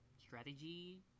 strategy